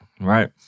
right